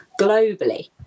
globally